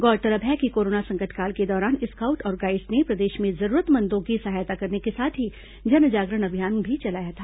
गौरतलब है कि कोरोना संकट काल के दौरान स्काउट्स और गाइड्स ने प्रदेश में जरूरतमंदों की सहायता करने के साथ ही जन जागरण अभियान भी चलाया था